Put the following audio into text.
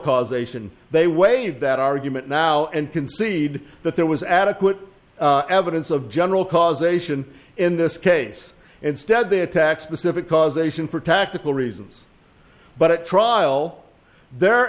causation they waived that argument now and concede that there was adequate evidence of general causation in this case instead they attack specific causation for tactical reasons but at trial the